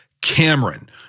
Cameron